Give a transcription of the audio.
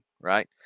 right